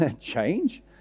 Change